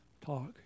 talk